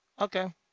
Okay